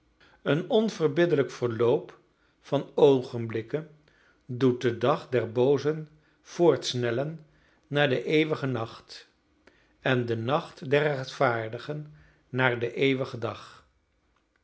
een onverbiddelijk verloop van oogenblikken doet den dag der boozen voortsnellen naar den eeuwigen nacht en den nacht der rechtvaardigen naar den eeuwigen dag